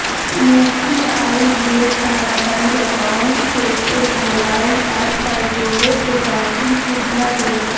UPI ढेर सारा bank account के एक मोबाइल ऐप पर जोड़े के बैंकिंग सुविधा देलकै